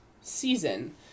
season